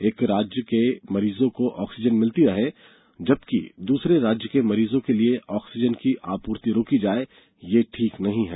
एक राज्य के मरीजों को ऑक्सीजन मिलती रहे जबकि दूसरे राज्य के मरीजों के लिए ऑक्सीजन की आपूर्ति रोकी जाए यह ठीक नहीं है